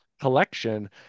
collection